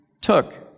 took